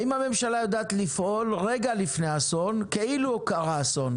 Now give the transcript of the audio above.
האם הממשלה יודעת לפעול רגע לפני אסון כאילו קרה אסון